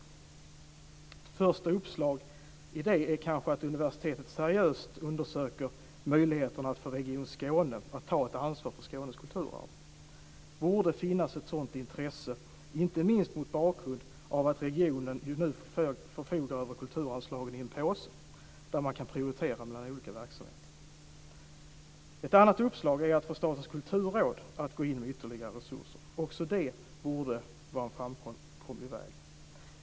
Ett första förslag är kanske att universitetet undersöker möjligheten att få Region Skåne att ta ett ansvar för Skånes kulturarv. Det borde finnas ett sådant intresse, inte minst mot bakgrund av att regionen nu förfogar över kulturanslagen i en påse och kan prioritera mellan olika verksamheter. Ett annat uppslag är att få Statens kulturråd att gå in med ytterligare resurser. Också detta borde vara en framkomlig väg.